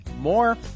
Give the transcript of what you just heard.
more